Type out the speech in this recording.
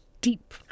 deep